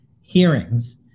hearings